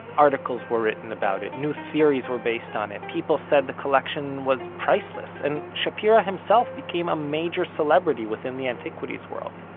articles were written about it, new theories were based on it, people said the collection was priceless, and shapira himself become a major celebrity within the antiquities world.